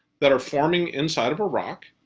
that are forming inside of a rock.